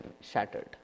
shattered